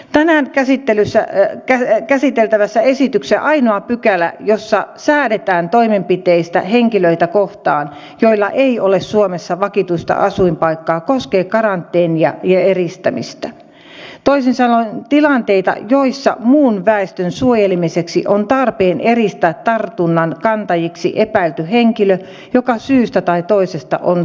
tänään käsiteltävässä esityksessä ainoa pykälä jossa säädetään toimenpiteistä henkilöitä kohtaan joilla ei ole suomessa vakituista asuinpaikkaa koskee karanteenia ja eristämistä toisin sanoen tilanteita joissa muun väestön suojelemiseksi on tarpeen eristää tartunnankantajaksi epäilty henkilö joka syystä tai toisesta on suomessa